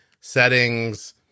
settings